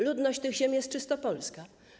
Ludność tych ziem jest czysto polska.